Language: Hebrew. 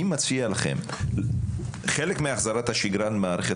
אני מציע לכם: חלק מהחזרת השגרה למערכת